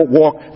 walk